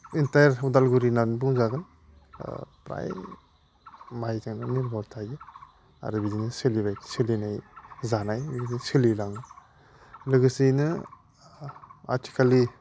entire Udalguri होननानै बुंजागोन फ्राय माइजोंनो थायो आरो बिदिनो सोलियो सोलिनाय जानाय सोलिलाङो लोगोसेयैनो आथिखालनि